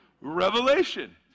Revelation